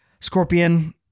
Scorpion